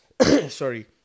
sorry